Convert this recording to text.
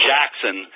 Jackson